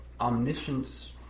omniscience